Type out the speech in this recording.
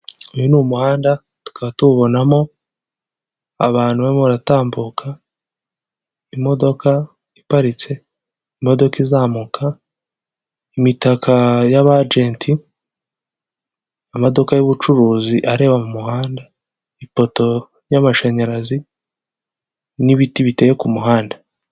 Uyu ni umuhanda tukaba tuwubonamo abantu barimo baratambuka, imodoka iparitse, imodoka izamuka, imitaka y'abajenti, amaduka y'ubucuruzi areba mu muhanda, ipoto y'amashanyarazi n'ibiti biteye ku muhanda.